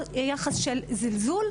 או יחס של זלזול,